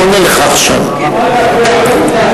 חבר הכנסת אורי אורבך, הוא עונה לך עכשיו.